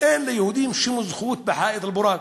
אין ליהודים שום זכות ב"חיט אל-בוראק"